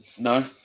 No